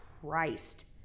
christ